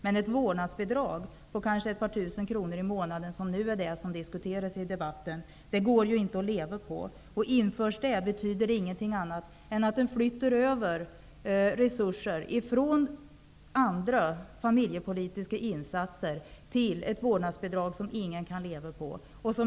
Men ett vårdnadsbidrag på kanske ett par tusen kronor i månaden, som nu diskuteras i debatten, går inte att leva på. Införs detta bidrag betyder det ingenting annat än att man flyttar över resurser från andra familjepolitiska insatser till ett vårdnadsbidrag som ingen kan leva på.